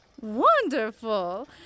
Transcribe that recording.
Wonderful